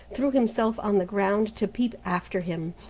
threw himself on the ground to peep after him,